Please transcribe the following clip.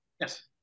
Yes